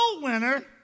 winner